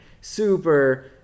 super